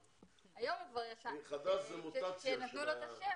היום הוא כבר ישן אבל כשנתנו לו את השם,